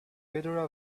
wither